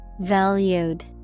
Valued